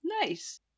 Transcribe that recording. nice